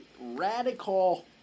radical